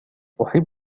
أحب